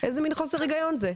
איזה מין חוסר הגיון זה?